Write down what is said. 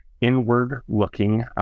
inward-looking